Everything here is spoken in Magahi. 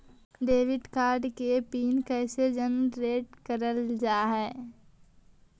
डेबिट कार्ड के पिन कैसे जनरेट करल जाहै?